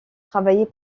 travaillait